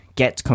get